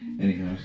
Anyhow